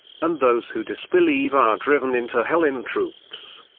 and those who disbelieve are driven into hell in troops,